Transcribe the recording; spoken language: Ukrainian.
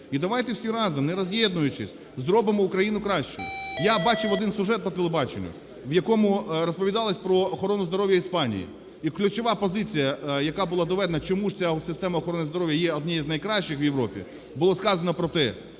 І давайте всі разом, не роз'єднуючись, зробимо Україну кращою. Я бачив один сюжет по телебаченню, в якому розповідалось про охорону здоров'я Іспанії. І ключова позиція, яка була доведена, чому ж ця система охорони здоров'я є однією з найкращих в Європі, було сказано про те,